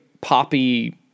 poppy